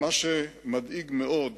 מה שמדאיג מאוד,